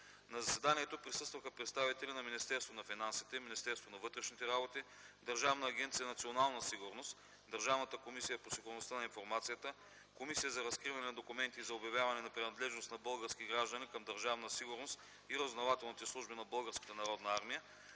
На заседанието присъстваха представители на: Министерството на финансите, Министерството на вътрешните работи, Държавна агенция „Национална сигурност”, Държавна комисия по сигурността на информацията, Комисия за разкриване на документите и за обявяване на принадлежност на български граждани към Държавна сигурност и разузнавателните служби на Българската народна армия,